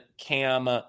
Cam